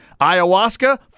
ayahuasca